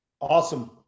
Awesome